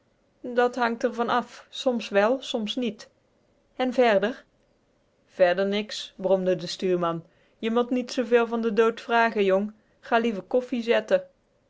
dat hangt r van af soms wel soms niet en verder verder niks bromde de stuurman je mot niet zooveel van de dood vragen jong ga liever koffie zetten